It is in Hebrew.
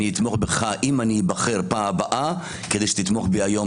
אתמוך בך אם אני איבחר פעם הבאה כדי שתתמוך בי היום.